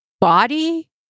body